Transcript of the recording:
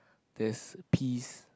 there is a piece